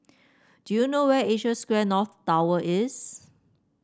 do you know where Asia Square North Tower is